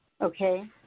Okay